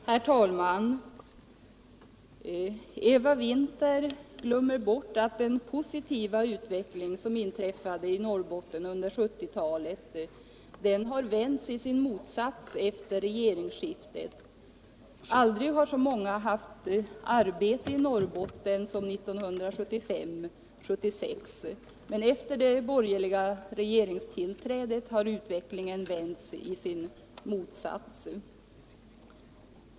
Herr talman! Eva Winther glömmer bort att den positiva utveckling som ägt rum i Norrbotten under 1970-talet har vänts i sin motsats efter regeringsskiftet. Aldrig har så många haft arbete i Norrbotten som under 1975 och 1976, men efter det borgerliga regeringstillträdet har läget blivit det motsatta.